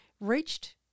reached